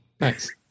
Nice